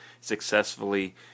successfully